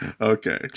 Okay